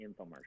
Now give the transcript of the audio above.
infomercial